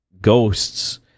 ghosts